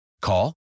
Call